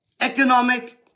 economic